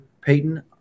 Peyton